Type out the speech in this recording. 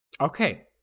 Okay